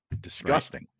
disgusting